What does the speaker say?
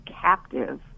captive